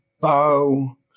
bow